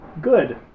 good